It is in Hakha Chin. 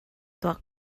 tuah